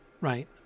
right